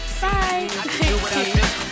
Bye